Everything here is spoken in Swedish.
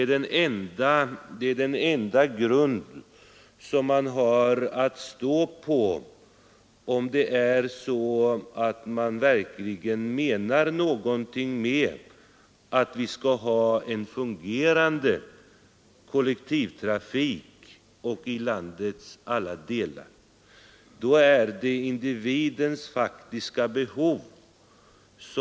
Det är den enda grund som man har att stå på om man verkligen menar någonting med att vi skall ha en fungerande kollektivtrafik i landets alla delar.